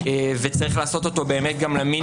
וצריך לעשות אותו באמת גם למינימום.